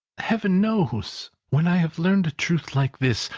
heaven knows! when i have learned a truth like this,